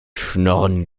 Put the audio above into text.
schnorren